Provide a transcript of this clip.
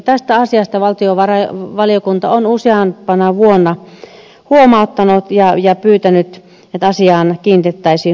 tästä asiasta valtiovarainvaliokunta on useampana vuonna huomauttanut ja pyytänyt että asiaan kiinnitettäisiin huomiota